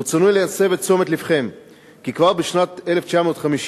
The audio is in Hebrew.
ברצוני להסב את תשומת לבכם כי כבר בשנת 1950,